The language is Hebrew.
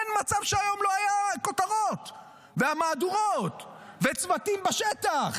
אין מצב שהיום לא היו כותרות ומהדורות וצוותים בשטח,